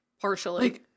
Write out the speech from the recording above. Partially